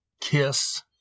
Kiss